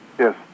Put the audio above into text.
Yes